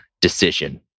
decision